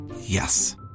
Yes